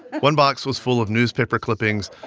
one box was full of newspaper clippings,